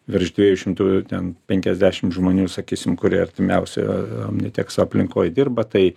virš dviejų šimtų ten penkiasdešim žmonių sakysim kurie artimiausioj omnitekso aplinkoj dirba tai